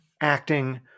acting